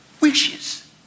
Wishes